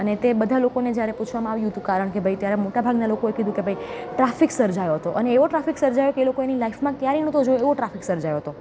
અને તે બધા લોકોને જ્યારે પૂછવામાં આવ્યું તું કારણ કે ભાઈ ત્યારે મોટાભાગના લોકોને કીધું કે ભાઈ ટ્રાફિક સર્જાયો હતો અને એવો ટ્રાફિક સર્જાયો કે એ લોકો એની લાઈફમાં ક્યારે નહોતો જોયો એવો ટ્રાફિક સર્જાયો હતો